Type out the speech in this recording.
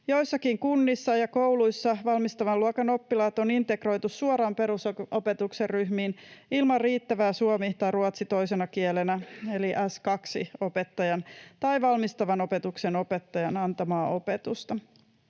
Joissakin kunnissa ja kouluissa valmistavan luokan oppilaat on integroitu suoraan perusopetuksen ryhmiin ilman riittävää suomi tai ruotsi toisena kielenä -opettajan — eli S2-opettajan — tai valmistavan opetuksen opettajan antamaa opetusta.